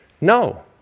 No